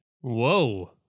Whoa